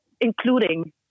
including